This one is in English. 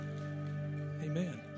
Amen